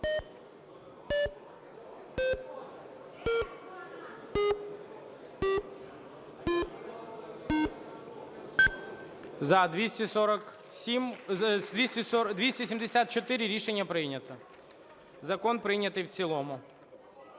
247… 274. Рішення прийнято. Закон прийнятий в цілому.